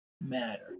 matter